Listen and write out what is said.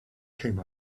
came